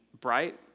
bright